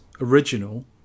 original